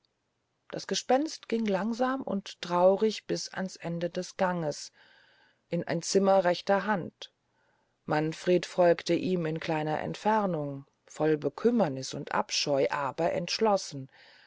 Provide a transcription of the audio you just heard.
das gespenst ging langsam und traurig bis ans ende des ganges in ein zimmer rechter hand manfred folgte ihm in kleiner entfernung voll bekümmerniß und abscheu aber entschlossen